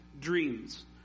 dreams